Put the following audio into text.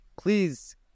Please